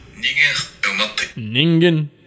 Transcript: Ningen